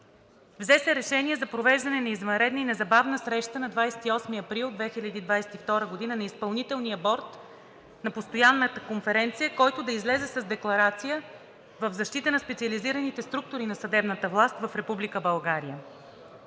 Взе се решение за провеждане на извънредна и незабавна среща на 28 април 2022 г. на Изпълнителния борд на Постоянната конференция, който да излезе с декларация в защита на специализираните структури на съдебната власт в Република България.